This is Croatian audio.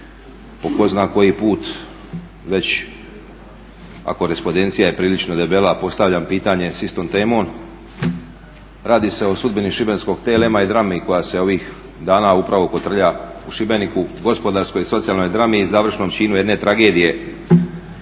po tko zna koji put već a korespodencija je prilično debela, postavljam pitanje s istom temom. Radi se o sudbini šitenskog TLM-a i drami koja se ovih dana upravo kotrlja u Šibeniku, gospodarskoj i socijalnoj drami i završnom cilju jedne tragedije